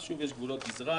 שוב, יש גבולות גזרה.